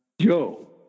Joe